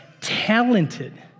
talented